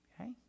Okay